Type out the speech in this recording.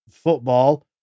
football